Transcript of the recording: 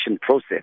process